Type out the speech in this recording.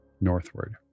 northward